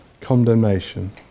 condemnation